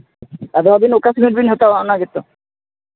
ᱟᱫᱚ ᱟᱹᱵᱤᱱ ᱚᱠᱟ ᱥᱤᱢᱤᱴ ᱵᱤᱱ ᱦᱟᱛᱟᱣᱟ ᱚᱱᱟ ᱜᱮᱛᱚ